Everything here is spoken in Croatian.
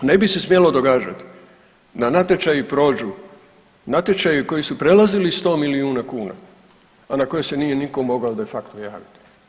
Ne bi se smjelo događati da natječaji prođu, natječaji koji su prelazili 100 milijuna kuna, a na koje se nije nitko mogao de facto javiti.